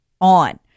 on